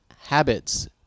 Habits